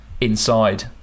inside